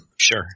Sure